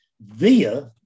via